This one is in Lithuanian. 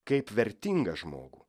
kaip vertingą žmogų